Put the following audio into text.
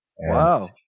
Wow